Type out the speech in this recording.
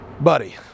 buddy